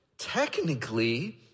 Technically